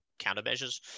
countermeasures